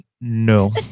no